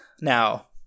Now